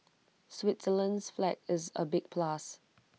Switzerland's flag is A big plus